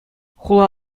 хула